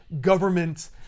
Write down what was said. government